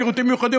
שירותים מיוחדים,